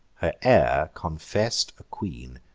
her air confess'd a queen.